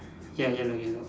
ya yellow yellow